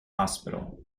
hospital